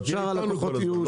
אתה תהיה איתנו כל הזמן.